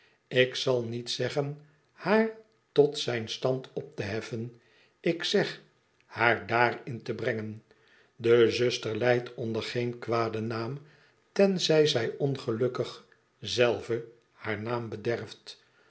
ik zal niet zeggen haar tot zijn stand op te heffen ik zeg haar daarin te brengen de zuster lijdt onder geen kwaden naam tenzij zij ongelukkfg zelve haar naam bederft